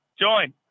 join